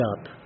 up